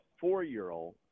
four-year-old